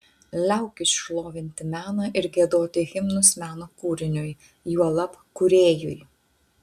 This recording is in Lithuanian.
liaukis šlovinti meną ir giedoti himnus meno kūriniui juolab kūrėjui